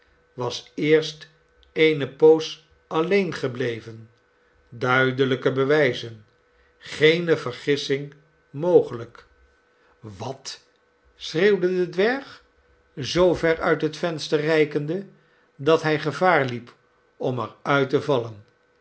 was eerst eene poos alleen gebleven duidelijke bewijzen geene vergissing mogelijk wat schreeuwde de dwerg zoover uit het venster reikende dat hij gevaar liep om er uit te vallen